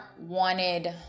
wanted